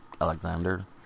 Alexander